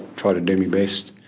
tried to do me best.